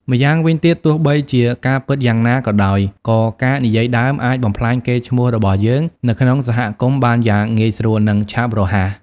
ម៉្យាងវិញទៀតទោះបីជាការពិតយ៉ាងណាក៏ដោយ ក៏ការនិយាយដើមអាច បំផ្លាញកេរ្តិ៍ឈ្មោះរបស់យើង នៅក្នុងសហគមន៍បានយ៉ាងងាយស្រួល និងឆាប់រហ័ស។